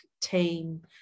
team